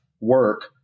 work